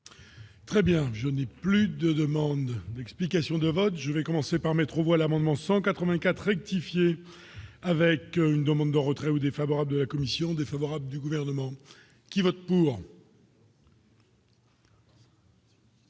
Très bien, je n'ai plus de demandes d'explications de vote, je vais commencer par mettre aux voix l'amendement 184 rectifier avec une demande de retrait ou défavorables de la commission défavorable du gouvernement qui vote pour.